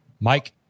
Mike